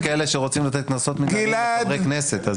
יש כאלה שרוצים לתת קנסות מנהליים לחברי כנסת.